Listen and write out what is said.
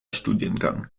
studiengang